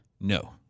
No